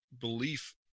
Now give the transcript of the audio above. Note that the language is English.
belief